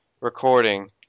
recording